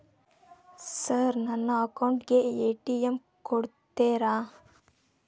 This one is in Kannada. ಸರ್ ನನ್ನ ಅಕೌಂಟ್ ಗೆ ಎ.ಟಿ.ಎಂ ಕೊಡುತ್ತೇರಾ?